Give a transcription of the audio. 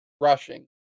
rushing